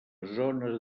zona